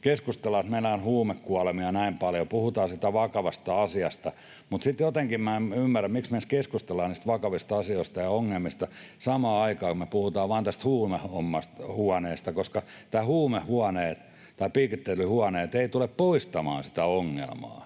keskustellaan, että meillä on huumekuolemia näin paljon. Puhutaan siitä vakavasta asiasta, mutta sitten jotenkin minä en ymmärrä, miksi me edes keskustellaan näistä vakavista asioista ja ongelmista samaan aikaan, kun me puhutaan vain tästä huumehuoneesta, koska nämä huumehuoneet tai piikittelyhuoneet eivät tule poistamaan sitä ongelmaa.